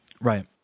Right